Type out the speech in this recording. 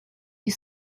you